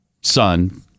son